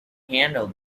handled